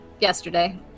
yesterday